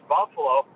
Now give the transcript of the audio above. Buffalo